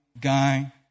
guy